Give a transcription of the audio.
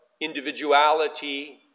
individuality